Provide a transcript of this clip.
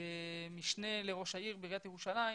כמשנה לראש העיר בעיריית ירושלים,